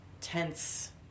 tense